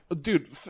Dude